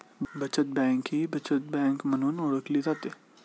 बचत बँक ही बचत बँक म्हणून ओळखली जाते